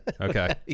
Okay